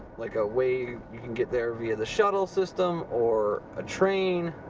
like a way you can get there via the shuttle system or a train,